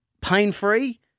pain-free